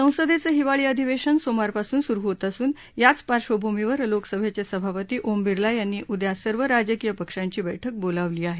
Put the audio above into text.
संसदेचं हिवाळी आधिवेशन सोमवारपासून सुरु होत असून याच पार्श्वभूमीवर लोकसभेचे सभापती ओम बिर्ला यांनी उद्या सर्व राजकीय पक्षांची बैठक बोलावली आहे